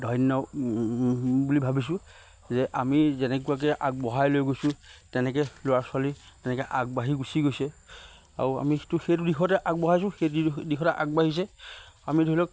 ধন্য বুলি ভাবিছোঁ যে আমি যেনেকুৱাকে আগবঢ়াই লৈ গৈছোঁ তেনেকে ল'ৰা ছোৱালী তেনেকে আগবাঢ়ি গুচি গৈছে আৰু আমি সেইটো দিশতে আগবঢ়াইছোঁ সেই দিশতে আগবাঢ়িছে আমি ধৰি লওক